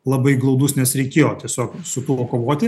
labai glaudus nes reikėjo tiesiog su tuo kovoti